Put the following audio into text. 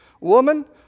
Woman